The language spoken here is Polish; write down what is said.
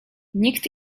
nikt